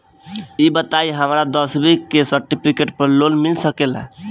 ई बताई हमरा दसवीं के सेर्टफिकेट पर लोन मिल सकेला?